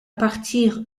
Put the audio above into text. partir